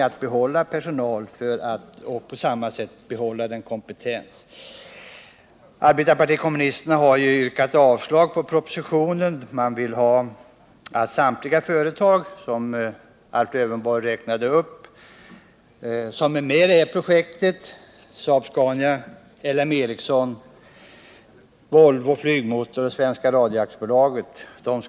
Arbetarpartiet kommunisterna har yrkat avslag på propositionen. Man vill att samtliga företag som är med i detta projekt — Saab-Scania, L M Ericsson, Volvo Flygmotor och Svenska Radio AB -— skall förstatligas.